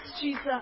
Jesus